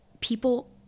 people